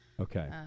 Okay